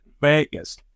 Vegas